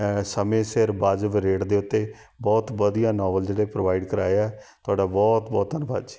ਸਮੇਂ ਸਿਰ ਵਾਜਬ ਰੇਟ ਦੇ ਉੱਤੇ ਬਹੁਤ ਵਧੀਆ ਨੋਵਲ ਜਿਹੜੇ ਪ੍ਰੋਵਾਈਡ ਕਰਵਾਏ ਆ ਤੁਹਾਡਾ ਬਹੁਤ ਬਹੁਤ ਧੰਨਵਾਦ ਜੀ